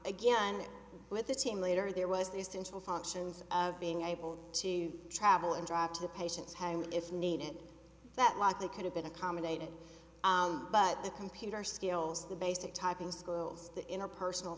again with the team leader there was these dental functions of being able to travel and drive to the patients home if needed that like they could have been accommodated but the computer skills the basic typing schools the interpersonal